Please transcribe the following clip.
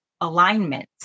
alignment